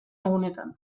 egunetan